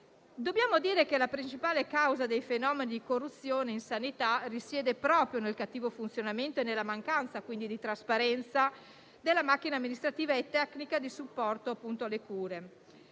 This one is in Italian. già scrivendo. La principale causa dei fenomeni di corruzione in salita risiede proprio nel cattivo funzionamento e nella mancanza di trasparenza della macchina amministrativa e tecnica di supporto alle cure.